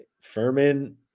Furman